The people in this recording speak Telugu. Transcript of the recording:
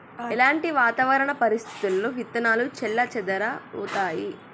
ఎలాంటి వాతావరణ పరిస్థితుల్లో విత్తనాలు చెల్లాచెదరవుతయీ?